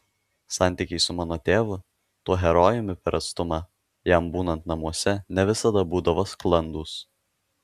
santykiai su mano tėvu tuo herojumi per atstumą jam būnant namuose ne visada būdavo sklandūs